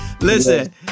listen